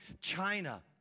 China